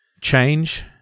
change